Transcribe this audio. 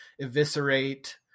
eviscerate